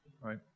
right